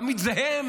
תמיד זה הם,